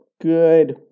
good